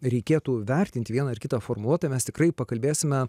reikėtų vertinti vieną ar kitą formuotą mes tikrai pakalbėsime